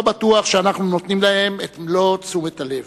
לא בטוח שאנחנו נותנים להם את מלוא תשומת הלב,